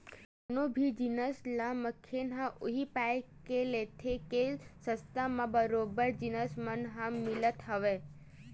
कोनो भी जिनिस ल मनखे ह उही पाय के लेथे के सस्ता म बरोबर जिनिस मन ह मिलत हवय